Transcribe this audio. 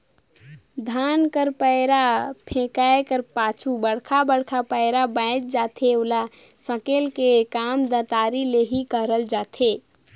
धान कर पैरा फेकाए कर पाछू बड़खा बड़खा पैरा बाएच जाथे ओला सकेले कर काम दँतारी ले ही करल जाथे